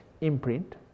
imprint